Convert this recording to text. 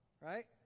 right